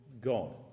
God